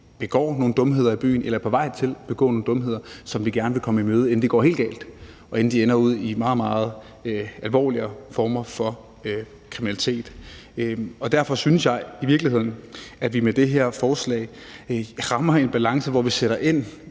begår nogle dumheder i byen eller er på vej til at begå nogle dumheder, som vi gerne vil komme i møde, inden det går helt galt, og inden de ender ud i meget, meget alvorligere former for kriminalitet. Og derfor synes jeg i virkeligheden, at vi med det her forslag rammer en balance, hvor vi både sætter ind